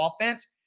offense